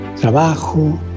Trabajo